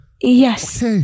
Yes